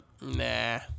nah